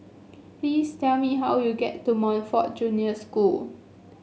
please tell me how to get to Montfort Junior School